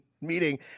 meeting